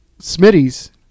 Smitty's